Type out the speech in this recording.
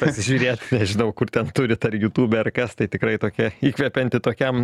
pasižiūrėt nežinau kur ten turit ar jutūbe ar kas tai tikrai tokia įkvepianti tokiam